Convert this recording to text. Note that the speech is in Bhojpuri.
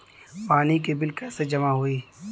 पानी के बिल कैसे जमा होयी?